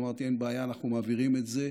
אמרתי: אין בעיה, אנחנו מעבירים את זה.